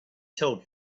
told